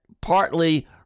partly